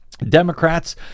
Democrats